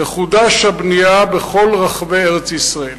תחודש הבנייה בכל רחבי ארץ-ישראל.